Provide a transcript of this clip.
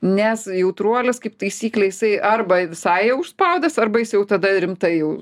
nes jautruolis kaip taisyklė jisai arba visai jau užspaudęs arba jis jau tada rimtai jau